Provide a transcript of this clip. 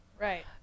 Right